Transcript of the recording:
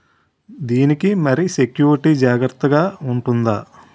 దీని కి మరి సెక్యూరిటీ జాగ్రత్తగా ఉంటుందా?